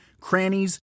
crannies